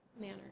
manner